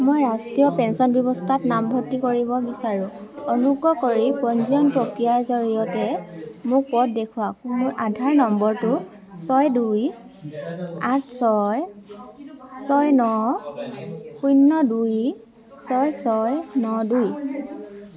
মই ৰাষ্ট্ৰীয় পেন্সন ব্যৱস্থাত নাম ভৰ্তি কৰিব বিচাৰো অনুগ্ৰহ কৰি পঞ্জীয়ন প্ৰক্ৰিয়াৰ জৰিয়তে মোক পথ দেখুৱাওক মোৰ আধাৰ নম্বৰটো ছয় দুই আঠ ছয় ছয় ন শূন্য দুই ছয় ছয় ন দুই